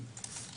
ועוד פעם.